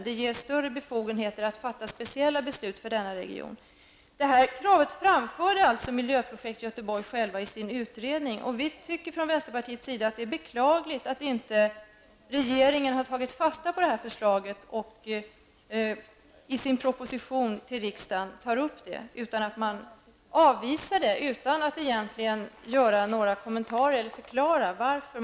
Det ger större befogenheter att fatta speciella beslut för denna region. Det här kravet framförde Miljöprojekt Göteborg i sin utredning. Vi från vänsterpartiets sida tycker att det är beklagligt att regeringen inte har tagit fasta på detta förslag och tagit upp det i sin proposition till riksdagen utan avvisar detta utan att egentligen göra några kommentarer eller ens förklara varför.